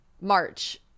march